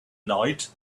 night